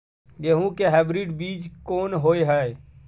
गेहूं के हाइब्रिड बीज कोन होय है?